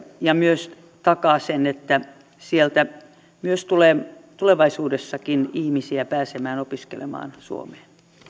ja myös takaa sen että sieltä tulevaisuudessakin ihmisiä pääsee opiskelemaan suomeen